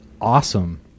awesome